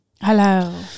Hello